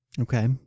Okay